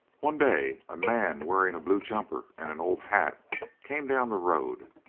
one day a man wearing a blue jumper and an old hat came down the road,